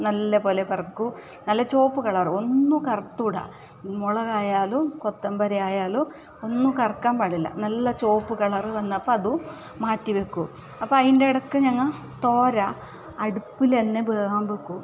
നല്ല പോലെ വറക്കും നല്ല ചുവപ്പ് കളറ് ഒന്നും കറുത്ത് കൂട മുളാകയാലും കൊത്തമ്പരായാലും ഒന്നും കറുക്കാൻ പാടില്ല നല്ല ചുവപ്പ് കളറ് വവന്നപ്പം അതും മാറ്റി വെക്കും അപ്പം അതിൻ്റെ ഇടയ്ക്ക് ഞങ്ങൾ തോര അടുപ്പിൽ തന്നെ വേകാൻ വെക്കും